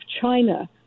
China